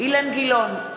אילן גילאון,